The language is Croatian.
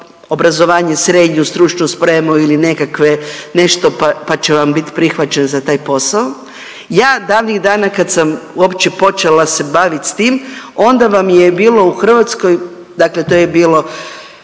srednju stručnu spremu ili nekakve, nešto pa će vam bit prihvaćen za taj posao. Ja davnih dana kad sam uopće počela se baviti sa tim onda vam je bilo u Hrvatskoj, dakle to je bilo